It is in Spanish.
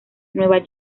nueva